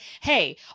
hey